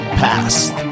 past